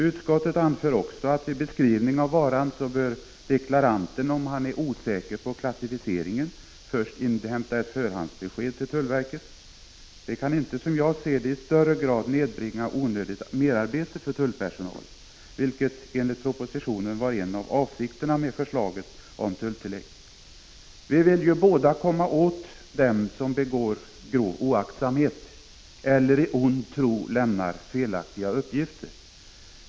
Utskottet anför också att vid beskrivning av varan bör deklaranten, om han är osäker på klassificeringen, först inhämta ett förhandsbesked hos tullverket. Det kan inte, som jag ser det, i högre grad nedbringa onödigt merarbete för tullpersonalen, vilket enligt propositionen var en av avsikterna med förslaget om tulltillägg. Vi vill båda komma åt dem som av grov oaktsamhet eller i ond tro lämnar felaktiga uppgifter.